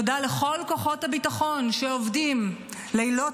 תודה לכל כוחות הביטחון שעובדים לילות